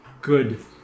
good